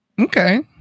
Okay